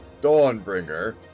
Dawnbringer